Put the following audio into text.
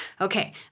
Okay